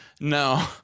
No